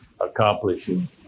accomplishing